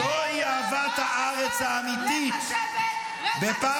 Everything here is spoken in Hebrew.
לך לשבת, אתה תומך